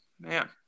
Man